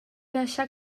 deixar